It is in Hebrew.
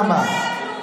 מילים ריקות.